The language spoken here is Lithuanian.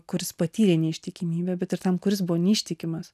kuris patyrė neištikimybę bet ir tam kuris buvo neištikimas